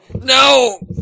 No